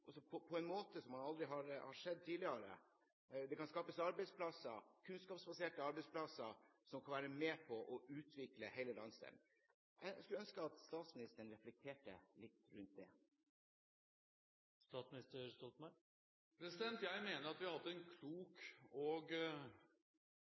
på en måte som man aldri har sett tidligere. Det kan skapes arbeidsplasser, kunnskapsbaserte arbeidsplasser, som kan være med på å utvikle hele landsdelen. Jeg skulle ønske at statsministeren reflekterte litt rundt det. Jeg mener at vi har hatt en klok